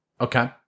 Okay